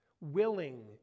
willing